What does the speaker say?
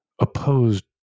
opposed